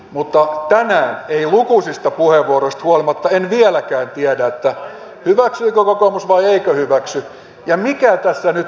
mutta tänään en lukuisista puheenvuoroista huolimatta vieläkään tiedä hyväksyykö kokoomus vai eikö hyväksy ja mikä tässä nyt kangertaa